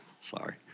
Sorry